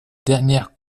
dernière